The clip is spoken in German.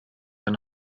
ein